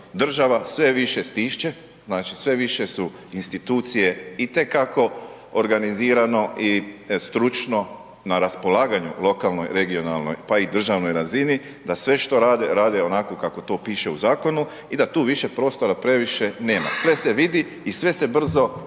država sve više stišće, znači, sve više su institucije itekako organizirano i stručno na raspolaganju lokalnoj regionalnoj, pa i državnoj razini, da sve što rade, rade onako kako to piše u zakonu i da tu višak prostora previše nema, sve se vidi i sve se brzo danas